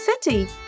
City